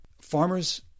Farmers